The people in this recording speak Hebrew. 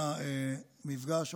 היה מפגש,